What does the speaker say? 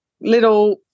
little